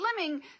slimming